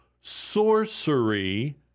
sorcery